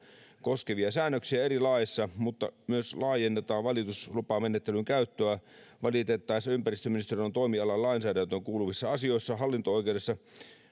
koskevia säännöksiä eri laeissa mutta myös laajennetaan valituslupamenettelyn käyttöä valitettaessa ympäristöministeriön toimialan lainsäädäntöön kuuluvissa asioissa